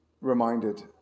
reminded